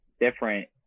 different